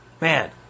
Man